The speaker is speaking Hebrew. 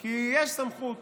כי יש סמכות